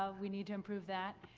ah we need to improve that.